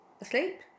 asleep